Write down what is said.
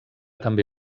també